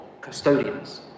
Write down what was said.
custodians